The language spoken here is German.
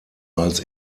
als